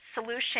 solution